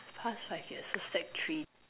past five years so sec three